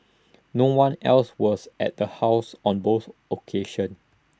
no one else was at the house on both occasions